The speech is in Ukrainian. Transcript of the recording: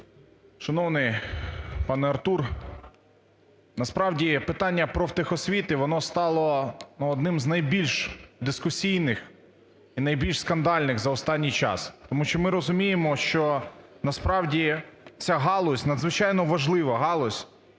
Шановний пане Артур, насправді питання профтехосвіти, воно стало одним з найбільш дискусійних і найбільш скандальних за останній час. Тому що ми розуміємо, що насправді ця галузь, надзвичайно важлива галузь,